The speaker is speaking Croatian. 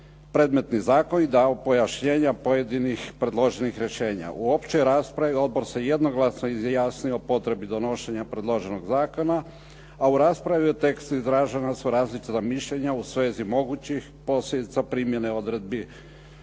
predmetni zakoni, dao pojašnjenja pojedinih predloženih rješenja. U općoj raspravi odbor se jednoglasno izjasnio potrebi donošenja predloženog zakona, a u raspravi o tekstu izražena su različita mišljenja u svezi mogućih posljedica primjene odredbi